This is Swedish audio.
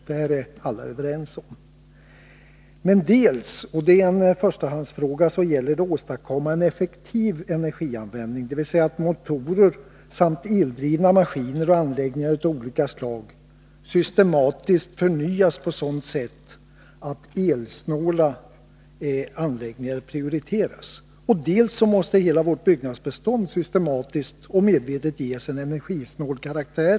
Detta är alla överens om. Men dels — och det är en förstahandsfråga — gäller det att åstadkomma en effektiv energianvändning, dvs. att se till att motorer och eldrivna maskiner och anläggningar av olika slag systematiskt förnyas på ett sådant sätt att energisnåla anläggningar prioriteras. Dels måste hela vårt byggnadsbestånd systematiskt och medvetet gesen energisnål karaktär.